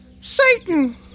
Satan